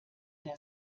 der